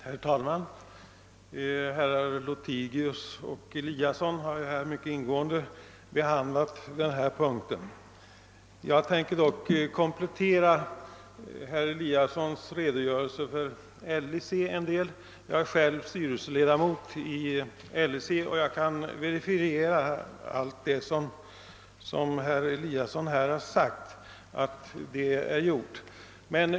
Herr talman! Herrar Lothigius och Eliasson i Sundborn har mycket ingående behandlat denna punkt. Jag tänker dock komplettera herr Eliassons redogörelse för LIC en del; jag är själv styrelseledamot i LIC, och jag kan verifiera allt vad herr Eliasson här har sagt.